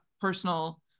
personal